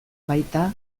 baita